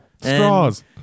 Straws